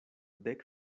dek